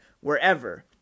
wherever